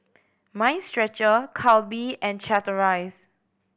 Mind Stretcher Calbee and Chateraise